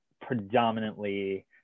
predominantly